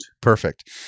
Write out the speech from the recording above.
Perfect